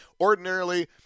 Ordinarily